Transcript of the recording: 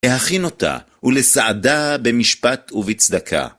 ‫הכין אותה ולסעדה במשפט ובצדקה.